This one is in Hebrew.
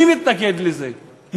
מי מתנגד לזה?